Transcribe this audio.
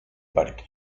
parque